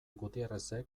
gutierrezek